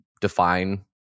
define